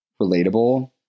relatable